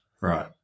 Right